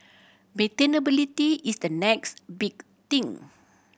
maintainability is the next big thing